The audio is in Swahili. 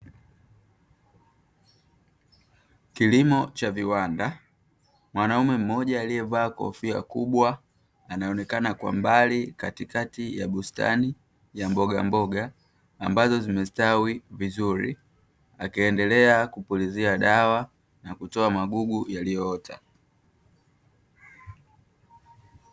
Mwanaume mmoja aliyevaa kofia kubwa anaonekana kwa mbali katikati ya bustani ya mboga mboga ambazo zimestawi vizuri, akiendelea kupulizia dawa na kutoa magugu yaliyoota.